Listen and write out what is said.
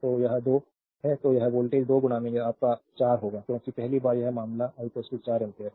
तो यह 2 I है तो यहाँ वोल्टेज 2 आपका 4 होगा क्योंकि पहली बार यह मामला I 4 एम्पियर है